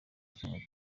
kimwe